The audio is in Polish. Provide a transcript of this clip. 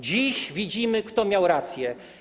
Dziś widzimy, kto miał rację.